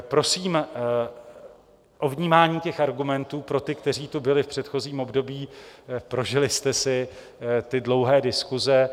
Prosím o vnímání těch argumentů pro ty, kteří tu byli v předchozím období, prožili jste si ty dlouhé diskuse.